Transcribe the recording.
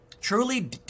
Truly